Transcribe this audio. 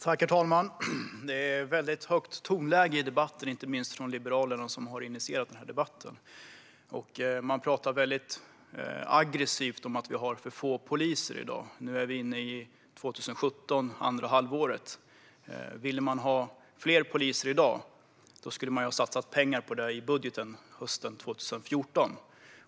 Herr talman! Det är ett väldigt högt tonläge i debatten, inte minst från Liberalerna, som har initierat den. Man talar aggressivt om att vi har för få poliser i dag. Nu är vi inne på andra halvåret 2017. Om man hade velat ha fler poliser i dag skulle man ha satsat pengar på det i budgeten hösten 2014.